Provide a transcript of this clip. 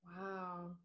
Wow